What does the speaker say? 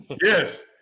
Yes